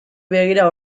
begira